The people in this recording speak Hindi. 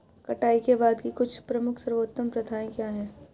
कटाई के बाद की कुछ प्रमुख सर्वोत्तम प्रथाएं क्या हैं?